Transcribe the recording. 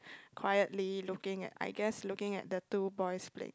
quietly looking at I guess looking at the two boys playing